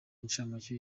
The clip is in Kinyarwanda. incamake